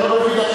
אתה לא מבין,